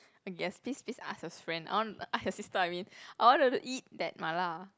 I guess please please ask your friend I want ask your sister I mean I want to eat that Mala